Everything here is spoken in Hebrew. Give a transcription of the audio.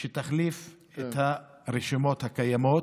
שתחליף את הרשימות הקיימות.